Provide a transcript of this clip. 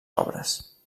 obres